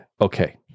okay